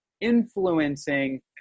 influencing